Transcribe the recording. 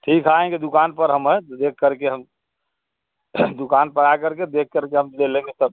ठीक है आएँगे दुकान पर हम हैं तो देखकर के हम दुकान पर आकर के देखकर के हम ले लेंगे तब